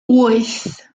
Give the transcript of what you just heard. wyth